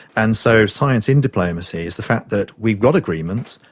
and so science in diplomacy is the fact that we've got agreements,